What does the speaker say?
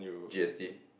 G S T